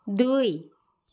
দুই